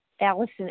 Allison